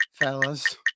Fellas